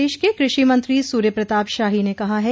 प्रदेश के कृषि मंत्री सूर्यप्रताप शाही ने कहा है